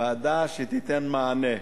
ועדה שתיתן מענה.